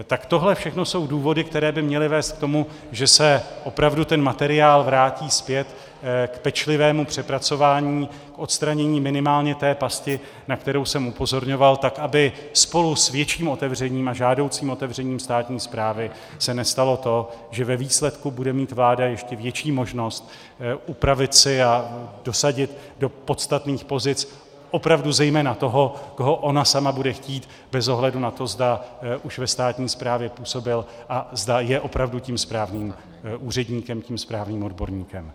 Tak tohle všechno jsou důvody, které by měly vést k tomu, že se opravdu ten materiál vrátí zpět k pečlivému přepracování, k odstranění minimálně té pasti, na kterou jsem upozorňoval, tak aby se spolu s větším otevřením a žádoucím otevřením státní správy nestalo to, že ve výsledku bude mít vláda ještě větší možnost upravit si a dosadit do podstatných pozic opravdu zejména toho, koho ona sama bude chtít, bez ohledu na to, zda už ve státní správě působil a zda je opravdu tím správným úředníkem, tím správným odborníkem.